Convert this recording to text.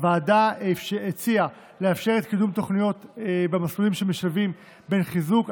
הוועדה הציעה לאפשר קידום תוכניות במסלולים המשלבים בין חיזוק,